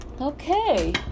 Okay